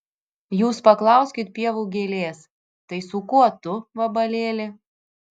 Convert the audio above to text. jūs paklauskit pievų gėlės tai su kuo tu vabalėli